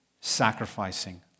sacrificing